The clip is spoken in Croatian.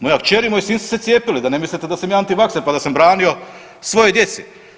Moja kćer i moj sin su se cijepili, da ne mislite da sam ja antivakser pa da sam branio svojoj djeci.